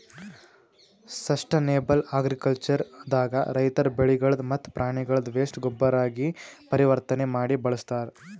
sustainable agriculture ದಾಗ ರೈತರ್ ಬೆಳಿಗಳ್ದ್ ಮತ್ತ್ ಪ್ರಾಣಿಗಳ್ದ್ ವೇಸ್ಟ್ ಗೊಬ್ಬರಾಗಿ ಪರಿವರ್ತನೆ ಮಾಡಿ ಬಳಸ್ತಾರ್